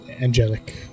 Angelic